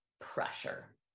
pressure